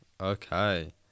Okay